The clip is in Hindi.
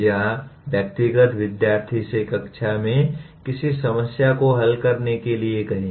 या व्यक्तिगत विद्यार्थी से कक्षा में किसी समस्या को हल करने के लिए कहें